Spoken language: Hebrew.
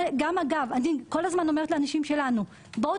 אני גם כל הזמן אומרת לאנשים שלנו: בואו